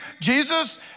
Jesus